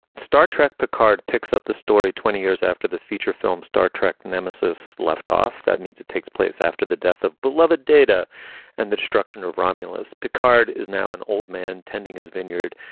star trek. picard picks up the story twenty years after the feature film star trek nemesis left off. that means it takes place after the death of beloved data and the destruction of romulus. picard is now an old man tending his vineyard,